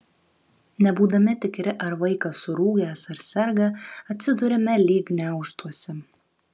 nebūdami tikri ar vaikas surūgęs ar serga atsiduriame lyg gniaužtuose